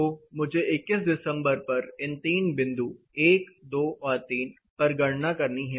तो मुझे 21 दिसंबर पर इन तीन बिंदु 1 2 और 3 पर गणना करनी है